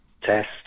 test